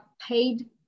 paid